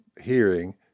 hearing